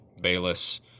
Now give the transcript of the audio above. Bayless